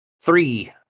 Three